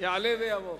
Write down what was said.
יעלה ויבוא.